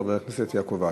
חבר הכנסת יעקב אשר.